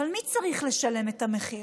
אבל מי צריך לשלם את המחיר?